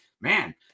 man